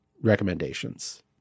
recommendations